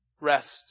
rest